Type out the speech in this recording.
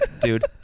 dude